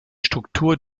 struktur